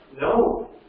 no